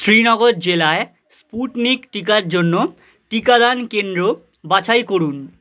শ্রীনগর জেলায় স্পুটনিক টিকার জন্য টিকাদান কেন্দ্র বাছাই করুন